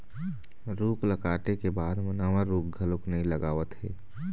रूख ल काटे के बाद म नवा रूख घलोक नइ लगावत हे